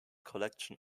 collection